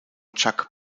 chuck